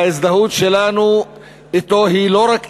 ההזדהות שלנו אתו היא לא רק אישית,